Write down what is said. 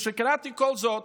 כשקראתי כל זאת,